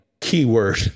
keyword